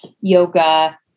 yoga